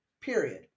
period